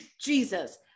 Jesus